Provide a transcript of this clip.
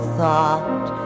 thought